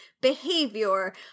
behavior